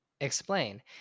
explain